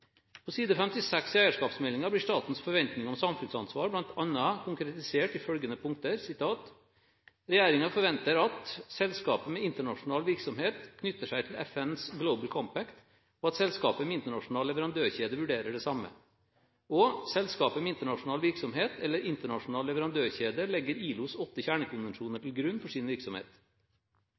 På side 56 i eierskapsmeldingen blir statens forventninger om samfunnsansvar bl.a. konkretisert i følgende punkter: «Regjeringen forventer at: Selskaper med internasjonal virksomhet knytter seg til FNs Global Compact, og at selskaper med internasjonal leverandørkjede vurderer det samme. Selskaper med internasjonal virksomhet eller internasjonal leverandørkjede legger ILOs åtte kjernekonvensjoner til grunn for sin virksomhet.»